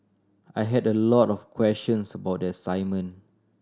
I had a lot of questions about the assignment